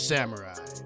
Samurai